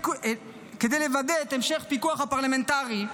כדי לוודא את המשך פיקוח הפרלמנטרי,